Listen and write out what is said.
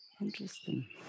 Interesting